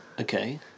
Okay